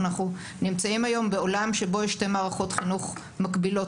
אנחנו נמצאים היום בעולם שבו יש שתי מערכות חינוך מקבילות